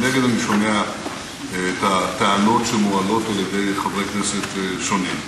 מנגד אני שומע את הטענות שמועלות על-ידי חברי כנסת שונים,